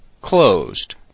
closed